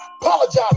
Apologize